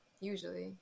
Usually